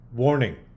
Warning